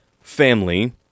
family